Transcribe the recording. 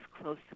close